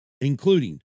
including